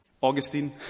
Augustine